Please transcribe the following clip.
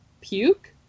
puke